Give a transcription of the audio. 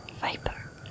Viper